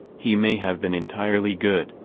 he may have been entirely good,